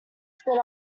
split